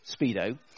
speedo